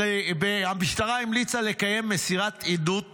המשטרה המליצה לקיים מסירת עדות פתוחה.